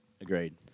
Agreed